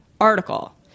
article